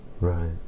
Right